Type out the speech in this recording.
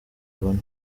bane